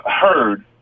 heard